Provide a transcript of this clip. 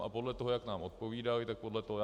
A podle toho, jak nám odpovídali, tak podle toho.